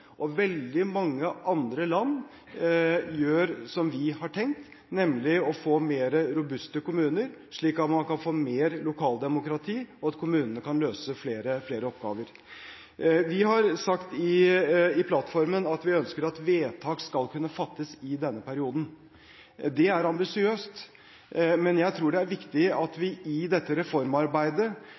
Og veldig mange andre land gjør som vi har tenkt, nemlig å få mer robuste kommuner, slik at man kan få mer lokaldemokrati og kommunene kan løse flere oppgaver. Vi har sagt i plattformen at vi ønsker at vedtak skal kunne fattes i denne perioden. Det er ambisiøst, men jeg tror det er viktig at vi i dette reformarbeidet